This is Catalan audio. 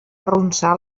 arronsar